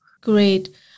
Great